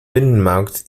binnenmarkt